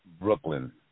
Brooklyn